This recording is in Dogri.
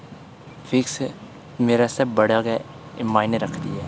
फिक्स मेरे आस्तै बड़ा गै मायने एह् रखदी ऐ